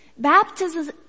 Baptism